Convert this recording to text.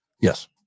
Yes